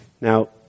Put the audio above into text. Now